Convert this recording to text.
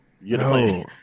No